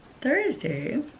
Thursday